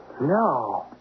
No